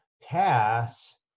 pass